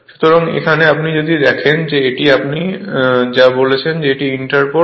সুতরাং এখানে আপনি যদি দেখেন যে এটিকে আপনি যা বলছেন এটি ইন্টার পোল